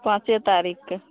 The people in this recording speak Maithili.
पाँचे तारीखके